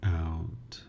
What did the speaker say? out